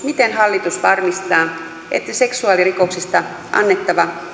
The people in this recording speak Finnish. miten hallitus varmistaa että seksuaalirikoksista annettavat